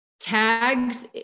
tags